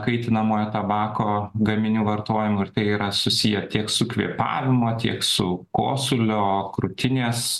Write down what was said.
kaitinamojo tabako gaminių vartojimo ir tai yra susiję tiek su kvėpavimo tiek su kosulio krūtinės